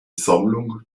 sammlung